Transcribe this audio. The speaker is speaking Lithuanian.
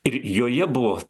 ir joje buvo